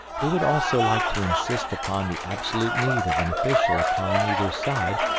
we would also like to insist upon the absolute need of an official upon either side,